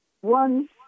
one